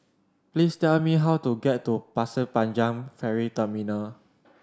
please tell me how to get to Pasir Panjang Ferry Terminal